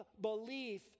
belief